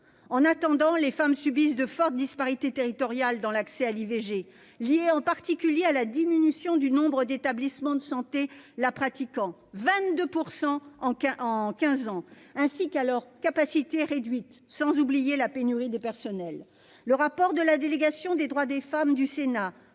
En attendant, les femmes subissent de fortes disparités territoriales dans l'accès à l'IVG, liées en particulier à la diminution du nombre d'établissements de santé la pratiquant- de 22 % en quinze ans -ainsi qu'à leurs capacités réduites, sans oublier la pénurie de personnel. Le rapport de la délégation aux droits des femmes et